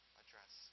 address